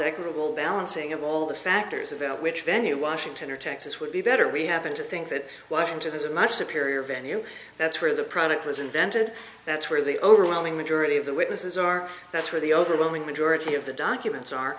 equitable balancing of all the factors about which venue washington or texas would be better we happen to think that washington is a much superior venue that's where the product was invented that's where the overwhelming majority of the witnesses are that's where the overwhelming majority of the documents are